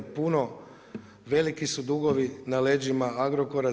Puno, veliki su dugovi na leđima Agrokora.